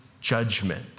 judgment